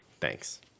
Thanks